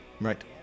Right